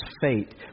fate